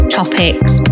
topics